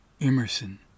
Emerson